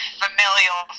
familial